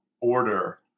order